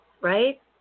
right